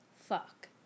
fuck